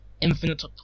infinite